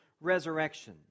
resurrection